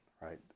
right